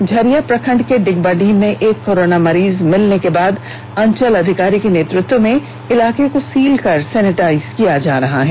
झरिया प्रखंड के डिगवाडीह में एक कोरोना मरीज मिलने के बाद अंचल अधिकारी के नेतृत्व में इलाके को सील कर सेनेटाइज किया जा रहा है